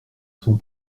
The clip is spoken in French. son